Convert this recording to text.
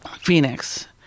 Phoenix